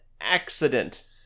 accident